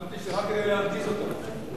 הבנתי שרק כדי להרגיז אותךְ